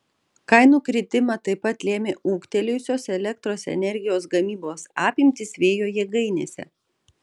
kainų kritimą taip pat lėmė ūgtelėjusios elektros energijos gamybos apimtys vėjo jėgainėse